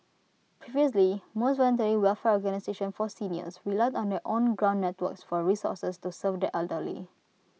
previously most voluntary welfare organisations for seniors relied on their own ground networks for resources to serve the elderly